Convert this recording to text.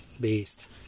beast